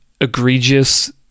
egregious